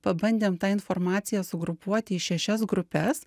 pabandėm tą informaciją sugrupuoti į šešias grupes